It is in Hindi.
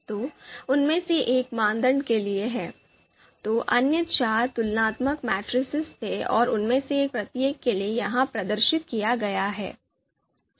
तो उनमें से एक मानदंड के लिए है तो अन्य चार तुलनात्मक मेट्रिस थे और उनमें से प्रत्येक के लिए यह प्रदर्शित किया गया है